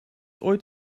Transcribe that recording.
ooit